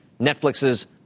Netflix's